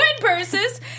purses